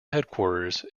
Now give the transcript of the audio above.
headquarters